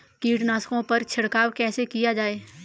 कीटनाशकों पर छिड़काव कैसे किया जाए?